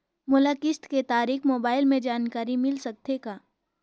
मोला किस्त के तारिक मोबाइल मे जानकारी मिल सकथे का?